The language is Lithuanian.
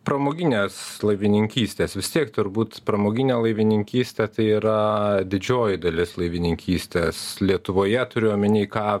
pramoginės laivininkystės vis tiek turbūt pramoginė laivininkystė tai yra didžioji dalis laivininkystės lietuvoje turiu omeny ką